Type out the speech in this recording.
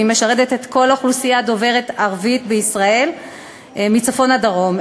והיא משרתת את כל האוכלוסייה הדוברת ערבית בישראל מצפון עד דרום.